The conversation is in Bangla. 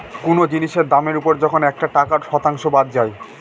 কোনো জিনিসের দামের ওপর যখন একটা টাকার শতাংশ বাদ যায়